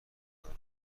دارم